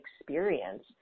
experience